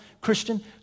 Christian